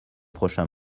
prochain